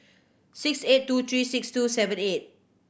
six eight two three six two seven eight